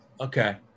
okay